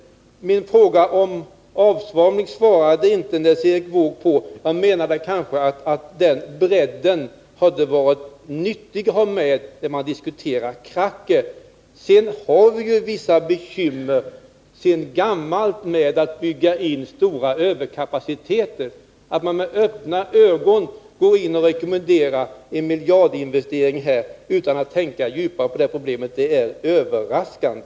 Min fråga om avsvalning svarade Nils Erik Wååg inte på. Han menade kanske att den bredden hade varit nyttig att ha även när man diskuterar kracker. Vi har vidare vissa bekymmer sedan gammalt med att bygga in stora överkapaciteter. Att man med öppna ögon går in och rekommenderar en miljardinvestering här utan att tänka djupare på problemet är överraskande.